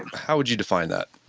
how would you define that?